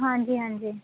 ਹਾਂਜੀ ਹਾਂਜੀ